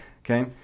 Okay